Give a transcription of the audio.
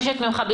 לא,